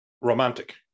romantic